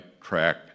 track